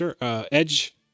edge